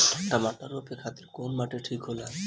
टमाटर रोपे खातीर कउन माटी ठीक होला?